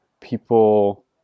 people